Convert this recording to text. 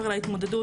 ליטל.